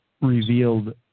revealed